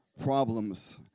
Problems